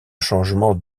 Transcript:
changement